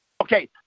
Okay